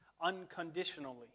unconditionally